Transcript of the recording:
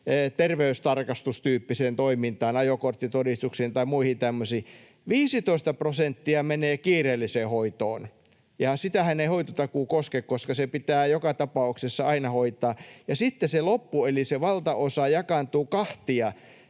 terveystarkastustyyppiseen toimintaan, ajokorttitodistuksiin tai muihin tämmöisiin. 15 prosenttia menee kiireelliseen hoitoon, ja sitähän ei hoitotakuu koske, koska se pitää joka tapauksessa aina hoitaa. Ja sitten se loppu eli se valtaosa jakaantuu kahtia: